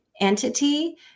entity